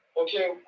Okay